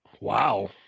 Wow